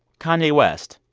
kanye west,